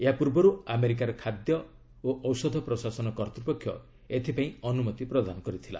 ଏହାପୂର୍ବରୁ ଆମେରିକାର ଖାଦ୍ୟ ଓ ଔଷଧ ପ୍ରଶାସନର କର୍ତ୍ତୂପକ୍ଷ ଏଥିପାଇଁ ଅନୁମତି ପ୍ରଦାନ କରିଥିଲା